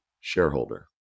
shareholder